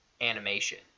animation